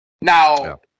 Now